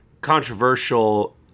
controversial